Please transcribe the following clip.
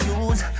use